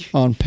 on